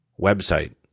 website